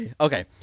Okay